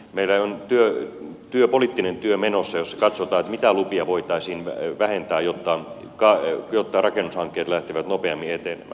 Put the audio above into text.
meillä on menossa poliittinen työ jossa katsotaan mitä lupia voitaisiin vähentää jotta rakennushankkeet lähtevät nopeammin eteenpäin